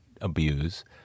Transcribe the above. abuse